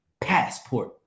Passport